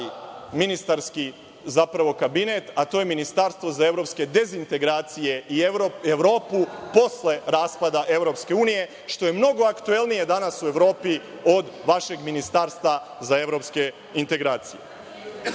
ministarski kabinet, a to je ministarstvo za evropske dezintegracije i Evropu posle raspada Evropske unije, što je mnogo aktuelnije danas u Evropi, od vašeg ministarstva za evropske integracije. Ono